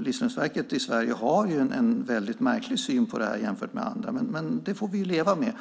Livsmedelsverket i Sverige har en väldigt märklig syn på detta jämfört med vad andra har. Men det får vi leva med.